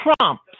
Trump